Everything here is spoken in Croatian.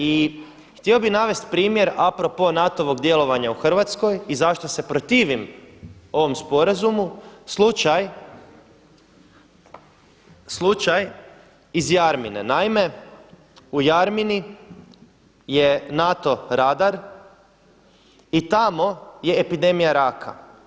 I htio bi navesti primjer a pro po NATO-ovog djelovanja u Hrvatskoj i zašto se protiv ovom sporazumu slučaj iz Jarmine, naime u Jarmini je NATO radar i tamo je epidemija raka.